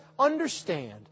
Understand